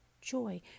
joy